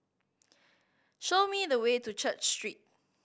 show me the way to Church Street